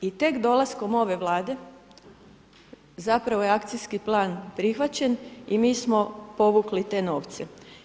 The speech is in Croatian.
I tek dolaskom ove Vlade zapravo je akcijski plan prihvaćen i mi smo povukli te novce.